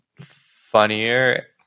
funnier